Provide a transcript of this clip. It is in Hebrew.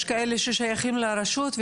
יש כאלה ששייכים לרשות,